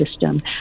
system